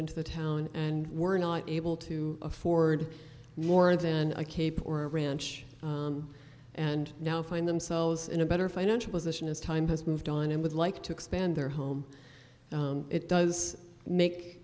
into the town and were not able to afford more than a cape or a ranch and now find themselves in a better financial position as time has moved on and would like to expand their home it does make